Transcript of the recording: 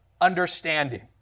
understanding